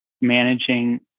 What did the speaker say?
managing